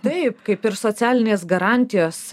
taip kaip ir socialinės garantijos